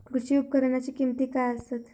कृषी उपकरणाची किमती काय आसत?